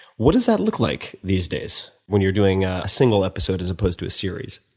what does that look like these days when you're doing a single episode as opposed to series?